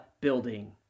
building